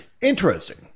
interesting